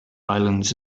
islands